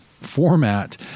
format